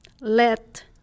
let